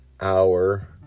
hour